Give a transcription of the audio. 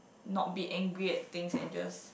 not be angry at things and just